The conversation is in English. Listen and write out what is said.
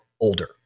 older